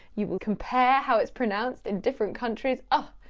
you will compare how it's pronounced in different countries. oh,